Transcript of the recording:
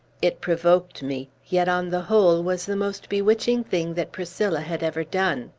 it provoked me yet, on the whole, was the most bewitching thing that priscilla had ever done.